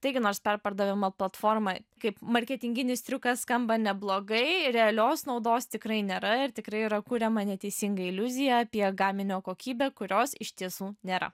taigi nors perpardavimo platforma kaip marketinginis triukas skamba neblogai realios naudos tikrai nėra ir tikrai yra kuriama neteisinga iliuzija apie gaminio kokybę kurios iš tiesų nėra